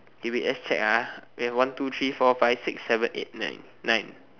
okay wait just check ah we have one two three four five six seven eight nine nine